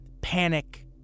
panic